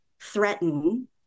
threaten